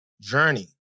journey